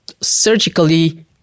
surgically